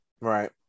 Right